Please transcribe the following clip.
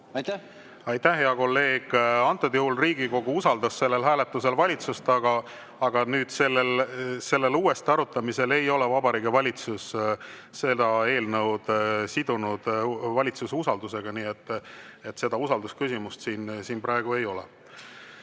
Aitäh, hea kolleeg! Antud juhul Riigikogu usaldas sellel hääletusel valitsust, aga nüüd, uuesti arutamisel ei ole Vabariigi Valitsus seda eelnõu valitsuse usaldusega sidunud, nii et usaldusküsimust siin praegu ei ole.